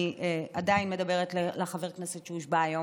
אני עדיין מדברת אל חבר הכנסת שהושבע היום: